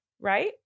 Right